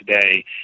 today